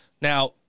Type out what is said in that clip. Now